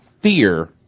fear